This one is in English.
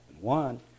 One